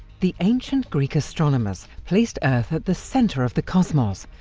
the ancient greek astronomers placed earth at the centre of the cosmos,